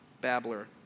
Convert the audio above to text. babbler